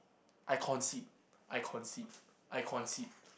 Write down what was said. I concede I concede I concede